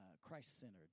Christ-centered